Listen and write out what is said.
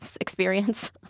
experience